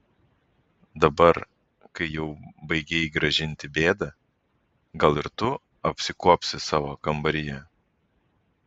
dabar kai jau baigei gražinti bėdą gal ir tu apsikuopsi savo kambaryje